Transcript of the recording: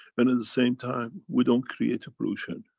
and at the same time we don't create a pollution.